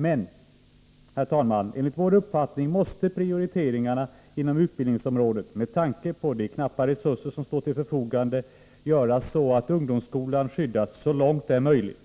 Men enligt vår uppfattning måste prioriteringarna inom utbildningsområdet, med tanke på de knappa resurser som står till förfogande, göras så, att ungdomsskolan skyddas så långt det är möjligt.